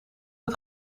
het